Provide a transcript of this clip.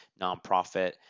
nonprofit